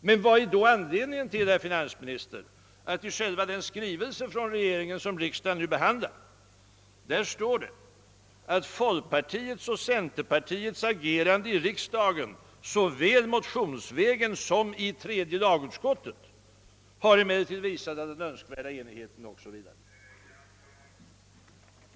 Men vad är då anledningen, herr finansminister, till att det i själva den skrivelse från regeringen, som riksdagen nu behandlar, står att folkpartiets och centerpartiets agerande i riksdagen såväl motionsvägen som i tredje lagutskottet har visat att den önskvärda enigheten inte kan uppnås?